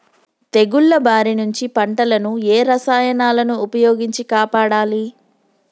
తెగుళ్ల బారి నుంచి పంటలను ఏ రసాయనాలను ఉపయోగించి కాపాడాలి?